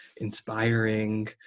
inspiring